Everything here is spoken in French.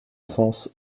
sens